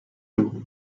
room